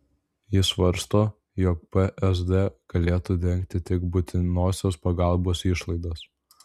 ji svarsto jog psd galėtų dengti tik būtinosios pagalbos išlaidas